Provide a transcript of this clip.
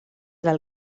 del